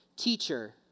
Teacher